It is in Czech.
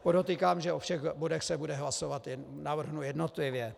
Podotýkám, že o všech bodech se bude hlasovat, navrhnu jednotlivě.